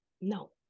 No